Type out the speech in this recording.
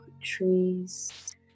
trees